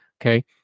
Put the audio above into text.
okay